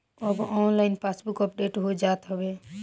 अब online passbook update हो जात हवे